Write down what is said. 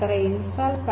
ನಂತರ ಇನ್ಸ್ಟಾಲ್